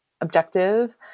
objective